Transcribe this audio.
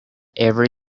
every